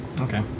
Okay